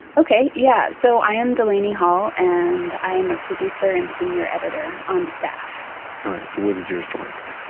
okay. yeah. so i am delaney hall, and i am a producer and senior editor on staff all right. so what is your story today?